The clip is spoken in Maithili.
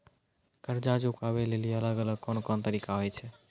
कर्जा चुकाबै लेली अलग अलग कोन कोन तरिका होय छै?